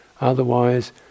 Otherwise